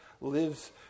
lives